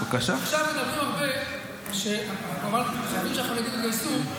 עכשיו מדברים הרבה על זה שמקווים שהחרדים יתגייסו,